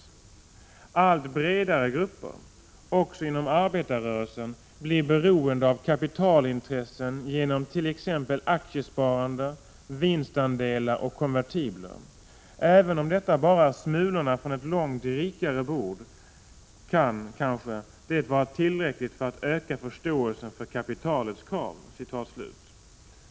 Vidare kan man läsa: Allt bredare grupper — också inom arbetarrörelsen — blir beroende av kapitalintressen genom t.ex. aktiesparande, vinstandelar och konvertibler. Och även om det bara är smulorna från ett långt rikare bord kan, kanske, det vara tillräckligt för att öka förståelsen för kapitalets krav.